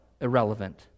irrelevant